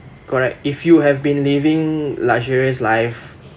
correct if you have been living luxurious life